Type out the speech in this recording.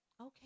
Okay